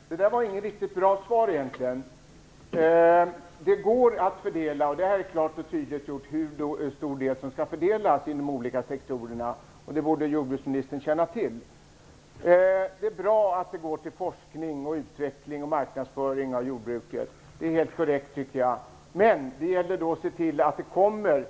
Herr talman! Det där var inget riktigt bra svar egentligen. Det går att fördela. Det är klart tydliggjort hur stor del som skall fördelas till de olika sektorerna, och det borde jordbruksministern känna till. Det är bra att pengarna går till forskning, utveckling och marknadsföring av jordbruket. Det är helt korrekt, tycker jag. Men det gäller då att se till att det kommer